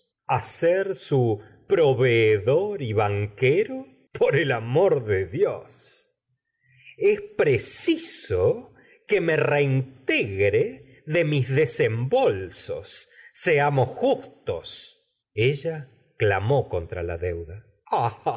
su proveedor y banquero por el amor de dios es preciso que me reintegre de mis desembolsos seamos justos ella clamó contra la deuda